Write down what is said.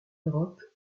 europe